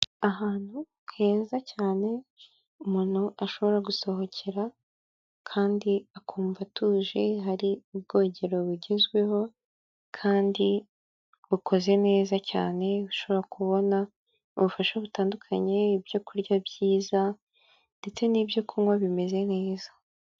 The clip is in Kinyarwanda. Ahantu heza cyane umuntu ashobora gusohokera kandi akumva atuje hari ubwogero bugezweho kandi bukoze neza cyane ushobora kubona ubufasha butandukanye ibyokurya byiza ndetse n'ibyokunywa bimeze neza.